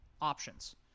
options